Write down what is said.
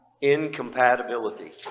Incompatibility